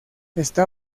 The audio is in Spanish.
está